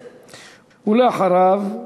ולאחריו,